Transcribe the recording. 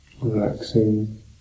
relaxing